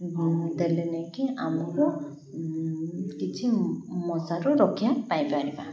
ଦେଲେ ନେଇକି ଆମକୁ କିଛି ମଶାରୁ ରକ୍ଷା ପାଇପାରିବା